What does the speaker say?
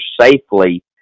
safely